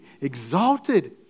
exalted